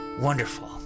wonderful